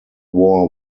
war